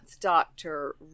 Doctor